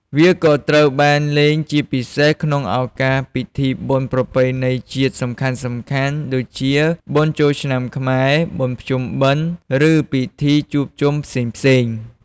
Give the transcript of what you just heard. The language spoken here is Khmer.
វាក៏ត្រូវបានលេងជាពិសេសក្នុងឱកាសពិធីបុណ្យប្រពៃណីជាតិសំខាន់ៗ ដូចជា បុណ្យចូលឆ្នាំខ្មែរ បុណ្យភ្ជុំបិណ្ឌ ឬពិធីជួបជុំផ្សេងៗ។